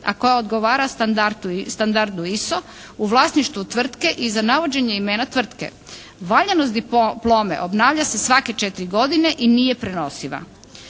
a koje odgovara standardu ISO u vlasništvu tvrtke i za navođenje imena tvrtke. Valjanost diplome obnavlja se svake četiri godine i nije prenosiva.